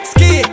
Ski